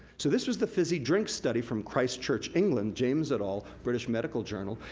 so this was the fizzy drink study from christ church england james et al, british medical journal,